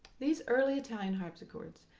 these early italian harpsichords,